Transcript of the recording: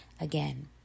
again